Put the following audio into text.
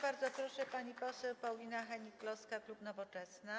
Bardzo proszę, pani poseł Paulina Hennig-Kloska, klub Nowoczesna.